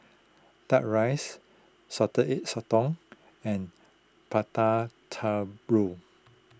Duck Rice Salted Egg Sotong and Prata Telur